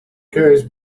carries